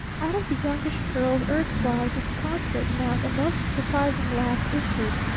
out of the youngish girl's erstwhile disconsolate mouth a most surprising laugh issued.